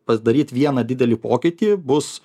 padaryt vieną didelį pokytį bus